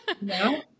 No